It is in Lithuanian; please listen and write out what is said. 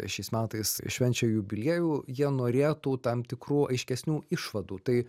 šiais metais švenčia jubiliejų jie norėtų tam tikrų aiškesnių išvadų tai